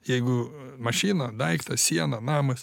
jeigu mašina daiktas siena namas